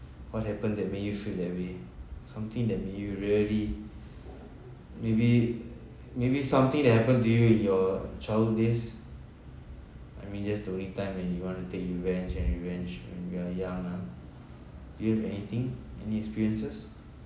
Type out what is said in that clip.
what happened that make you feel that way something that you really maybe maybe something that happened during your childhood days I mean that's the only time when you want to take revenge and revenge when we are young ah do you have anything any experiences